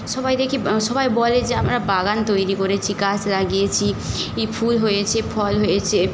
সবাই দেখি সবাই বলে যে আমরা বাগান তৈরি করেছি গাছ লাগিয়েছি ই ফুল হয়েছে ফল হয়েছে